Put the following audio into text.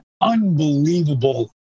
unbelievable